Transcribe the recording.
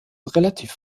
relativ